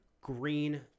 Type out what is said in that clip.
green